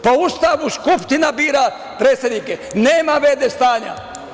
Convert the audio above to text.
Po Ustavu Skupština bira predsednike, nema v.d. stanja.